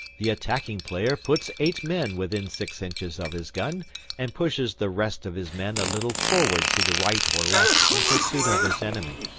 the attacking player puts eight men within six inches of his gun and pushes the rest of his men a little forward to the right or left in pursuit of his enemy.